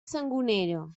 sangonera